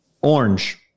Orange